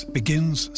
begins